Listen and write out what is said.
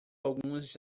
algumas